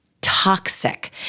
toxic